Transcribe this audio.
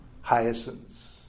hyacinths